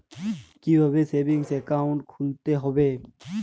কীভাবে savings account খুলতে হবে?